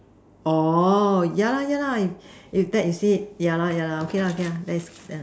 orh yeah lah yeah lah if that you said it yeah lah yeah lah okay lah okay ya that is that is